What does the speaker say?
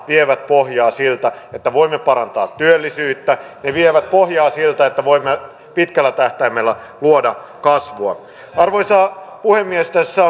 vievät pohjaa siltä että voimme parantaa työllisyyttä ne vievät pohjaa siltä että voimme pitkällä tähtäimellä luoda kasvua arvoisa puhemies tässä